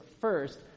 first